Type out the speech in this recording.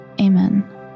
Amen